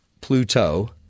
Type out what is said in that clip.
Pluto